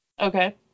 Okay